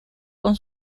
con